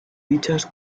dichas